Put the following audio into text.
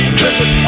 Christmas